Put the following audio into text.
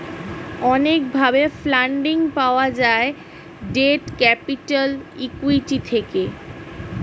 অনেক ভাবে ফান্ডিং পাওয়া যায় ডেট ক্যাপিটাল, ইক্যুইটি থেকে